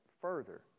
further